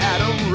Adam